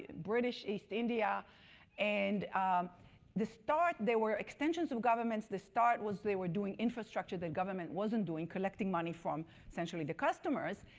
british east india and the start there were extensions of governments. the start was they were doing infrastructure the government wasn't doing, collecting money from essentially the customers.